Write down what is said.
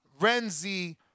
Renzi